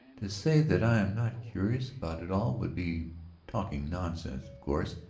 to say that i am not curious about it all would be talking nonsense, of course.